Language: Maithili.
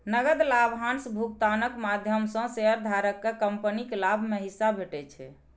नकद लाभांश भुगतानक माध्यम सं शेयरधारक कें कंपनीक लाभ मे हिस्सा भेटै छै